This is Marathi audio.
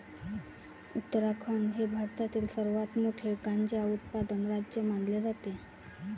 उत्तराखंड हे भारतातील सर्वात मोठे गांजा उत्पादक राज्य मानले जाते